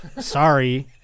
Sorry